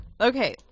Okay